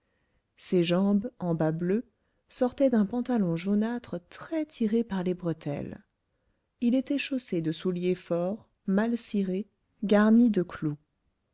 ses jambes en bas bleus sortaient d'un pantalon jaunâtre très tiré par les bretelles il était chaussé de souliers forts mal cirés garnis de clous